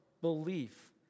belief